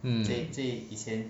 mm